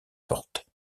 porte